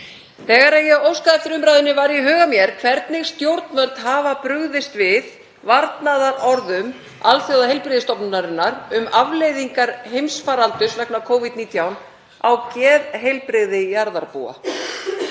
Þegar ég óskaði eftir umræðunni var í huga mér hvernig stjórnvöld hafa brugðist við varnaðarorðum Alþjóðaheilbrigðismálastofnunarinnar um afleiðingar heimsfaraldurs vegna Covid-19 á geðheilbrigði jarðarbúa.